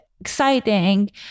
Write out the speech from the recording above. exciting